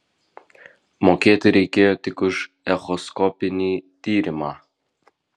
mokėti reikėjo tik už echoskopinį tyrimą